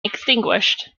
extinguished